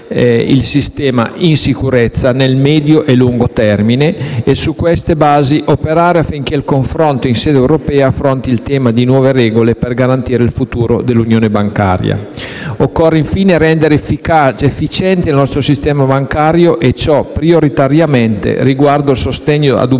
il sistema in sicurezza, nel medio e lungo termine, e su queste basi operare affinché il confronto in sede europea affronti il tema di nuove regole per garantire il futuro dell'unione bancaria. Occorre, infine, rendere efficiente il nostro sistema bancario e ciò, prioritariamente, riguarda il sostegno a un